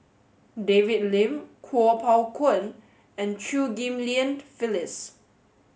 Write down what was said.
David Lim Kuo Pao Kun and Chew Ghim Lian Phyllis